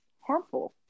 harmful